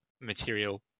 material